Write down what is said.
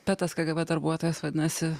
bet tas kas dirba darbuotojas vadinasi